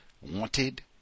wanted